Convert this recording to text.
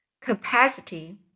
capacity